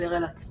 המדבר אל עצמו.